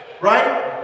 Right